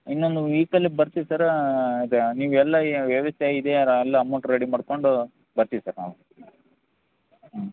ಇನ್ನೊಂದು ವೀಕಲ್ಲಿ ಬರ್ತಿವಿ ಸರ್ರ್ ಅದು ನೀವೆಲ್ಲ ಎಲ್ಲ ಅಮೌಂಟ್ ರೆಡಿ ಮಾಡಿಕೊಂಡು ಬರ್ತೀವಿ ಸರ್ ನಾವು ಹ್ಞೂ